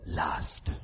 last